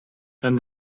dann